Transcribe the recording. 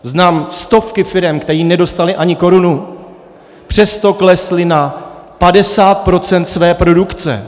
Znám stovky firem, které nedostaly ani korunu, přesto klesly na padesát procent své produkce.